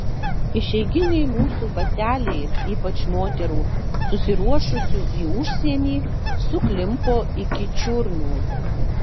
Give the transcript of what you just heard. išeiginiai mūsų bateliai ypač moterų susiruošusių į užsienį suklimpo iki čiurnų